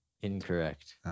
Incorrect